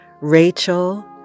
Rachel